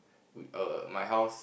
we err my house